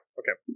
okay